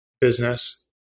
business